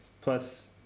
plus